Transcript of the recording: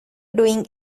doing